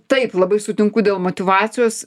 taip labai sutinku dėl motyvacijos